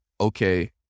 okay